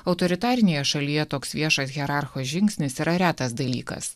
autoritarinėje šalyje toks viešas hierarcho žingsnis yra retas dalykas